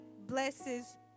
blesses